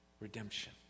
redemption